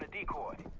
record